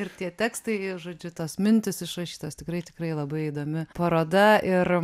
ir tie tekstai žodžiu tos mintys išrašytos tikrai tikrai labai įdomi paroda ir